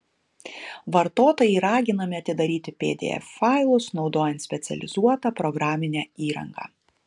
vartotojai raginami atidaryti pdf failus naudojant specializuotą programinę įrangą